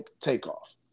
takeoff